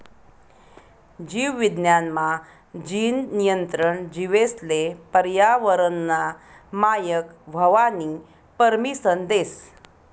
जीव विज्ञान मा, जीन नियंत्रण जीवेसले पर्यावरनना मायक व्हवानी परमिसन देस